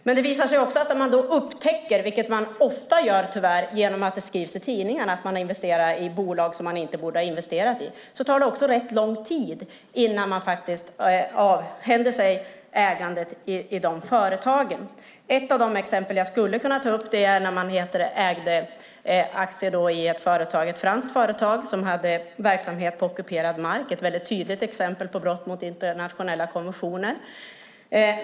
Men när AP-fonderna upptäcker - vilket de tyvärr ofta gör genom att det skrivs i tidningarna om att de investerar i bolag som de inte borde ha investerat i - tar det rätt lång tid innan de avhänder sig ägandet i de företagen. Ett av de exempel som jag skulle kunna ta upp är när man ägde aktier i ett franskt företag som hade verksamhet på ockuperad mark. Det var ett mycket tydligt exempel på brott mot internationella konventioner.